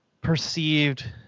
perceived